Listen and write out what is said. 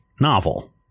novel